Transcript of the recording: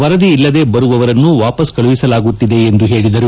ವರದಿ ಇಲ್ಲದೆ ಬರುವವರನ್ನು ವಾಪಸ್ ಕಳುಹಿಸಲಾಗುತ್ತಿದೆ ಎಂದು ಹೇಳಿದರು